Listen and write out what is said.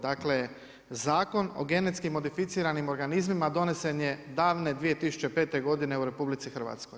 Dakle, Zakon o genetski modificiranim organizmima donesen je davne 2005. godine u RH.